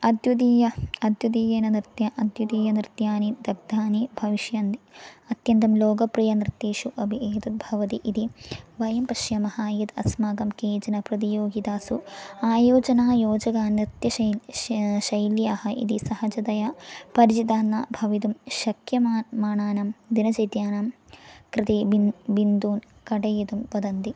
अद्यतनीय अद्यतनीय नृत्यं अद्यतननृत्यानि दग्धानि भविष्यन्ति अत्यन्तं लोकप्रियनृत्येषु अपि एतत् भवति इति वयं पश्यामः यत् अस्माकं केचन प्रतियोगितासु आयोजना योजकनृत्यशैली श्या शैल्याः यदि सहजतया परिचिताः न भवितुं शक्यमानानां दिनचर्यानां कृते बिन्धुं बिन्धून् कटयितुं वदन्ति